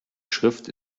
schrift